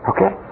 Okay